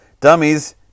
dummies